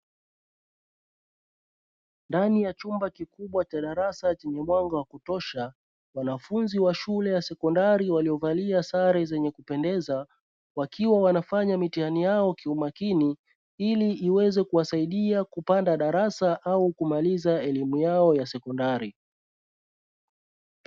Ndani ya chumba kikubwa cha darasa chenye mwanga wa kutosha, wanafunzi wa shule ya sekondari waliyovalia sare zenye kupendeza wakiwa wanafanya mitihani yao kiumakini ili iweze kuwasaidia kupanda darasa au kumaliza elimu yao ya sekondari.